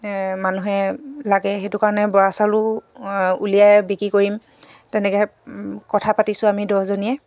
মানুহে লাগে সেইটো কাৰণে বৰা চাউলো উলিয়াই বিক্ৰী কৰিম তেনেকৈ কথা পাতিছোঁ আমি দহজনীয়ে